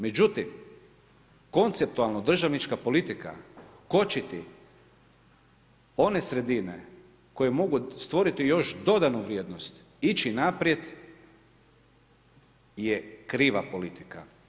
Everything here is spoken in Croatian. Međutim, konceptualno državnička politika kočiti one sredine koje mogu stvoriti još dodanu vrijednost ići naprijed je kriva politika.